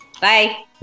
Bye